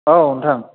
औ नोंथां